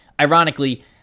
ironically